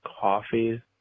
coffee